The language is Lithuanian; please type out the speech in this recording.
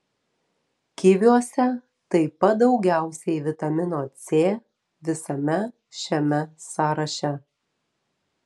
kiviuose taip pat daugiausiai vitamino c visame šiame sąraše